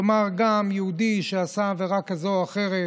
כלומר, גם יהודי שעשה עבירה כזו או אחרת,